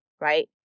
right